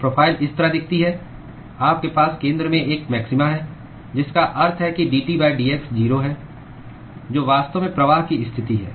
तो प्रोफ़ाइल इस तरह दिखती है आपके पास केंद्र में एक मैक्सिमा है जिसका अर्थ है कि dT dx 0 है जो वास्तव में प्रवाह की स्थिति है